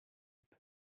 peut